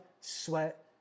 sweat